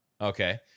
Okay